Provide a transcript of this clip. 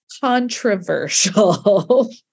Controversial